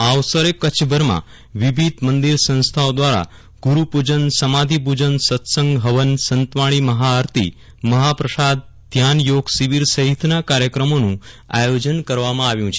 આ અવસરે કચ્છભરમાં વિવિધ મંદિર સંસ્થાઓ દ્વારા ગુરુપૂજન સમાધીપુજન સત્સંગ હવન સંતવાણી મહાઆરતીમહાપ્રસાદધ્યાન યોગ શિબિર સહિતના કાર્યક્રમોનું આયોજન કરવામાં આવ્યું છે